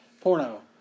Porno